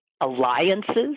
alliances